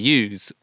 use